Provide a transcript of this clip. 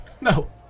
No